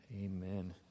Amen